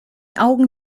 augen